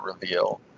reveal